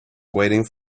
waiting